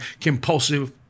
compulsive